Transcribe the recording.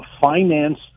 finance